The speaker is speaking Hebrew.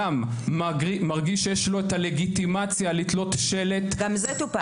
גם מרגיש שיש לו את הלגיטימציה לתלות שלט על --- גם זה טופל.